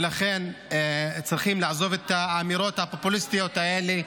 ולכן צריכים לעזוב את האמירות הפופוליסטיות האלה,